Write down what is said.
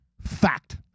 Fact